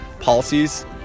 policies